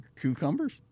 cucumbers